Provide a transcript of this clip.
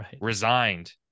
resigned